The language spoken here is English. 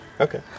Okay